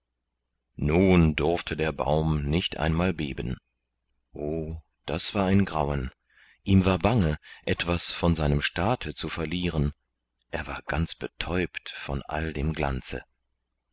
nun durfte der baum nicht einmal beben o das war ein grauen ihm war bange etwas von seinem staate zu verlieren er war ganz betäubt von all dem glanze